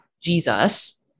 Jesus